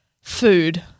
food